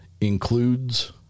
includes